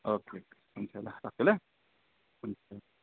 okay हुन्छ ल राखेँ ल हुन्छ